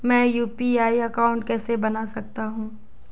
मैं UPI account कैसे बना सकता हूं?